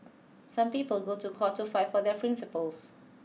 some people go to court to fight for their principles